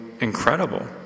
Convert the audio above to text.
incredible